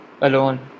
alone